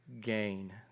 gain